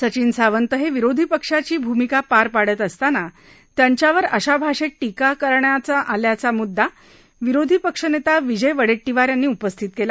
सचिन सावंत हे विरोधी पक्षाची भूमिका पार पाडत असताना त्यांच्यावर अशा भाषेत टीका करण्यात आल्याचा मुद्दा विरोधी पक्षनेता विजय वडेट्टीवार यांनी उपस्थित केला